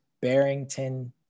Barrington